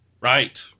Right